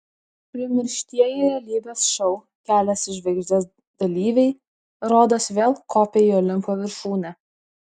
primirštieji realybės šou kelias į žvaigždes dalyviai rodos vėl kopia į olimpo viršūnę